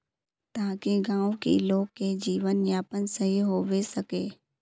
ताकि गाँव की लोग के जीवन यापन सही होबे सके?